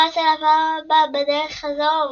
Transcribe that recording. קרץ אליו אבא בדרך חזור,